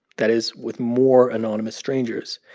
that is, with more anonymous strangers,